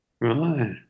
right